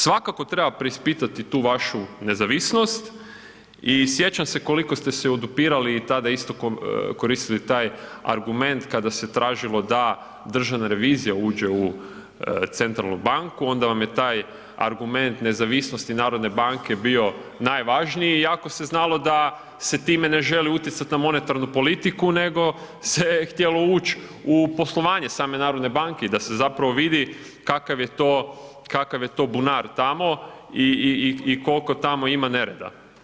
Svakako treba preispitati tu vašu nezavisnost i sjećam se koliko ste se odupirali i tada isto koristili taj argument kada se tražilo da državna revizija uđe u centralnu banku onda vam je taj argument nezavisnosti narodne banke bio najvažniji iako se znalo da se time ne želi utjecat na monetarnu politiku nego se htjelo uć u poslovanje same narodne banke i da se zapravo vide kakav je to, kakav je to bunar tamo i, i, i, i kolko tamo ima nereda.